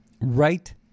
Right